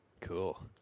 Cool